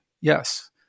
Yes